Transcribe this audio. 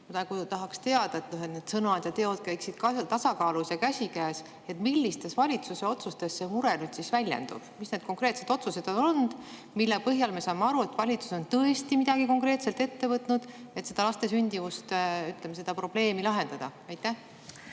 Ma tahaksin teada, selleks et sõnad ja teod [oleksid] tasakaalus ja käiksid käsikäes: millistes valitsuse otsustes see mure nüüd siis väljendub? Mis need konkreetsed otsused on olnud, mille põhjal me saame aru, et valitsus on tõesti midagi konkreetselt ette võtnud, et seda sündimuse probleemi lahendada? Ma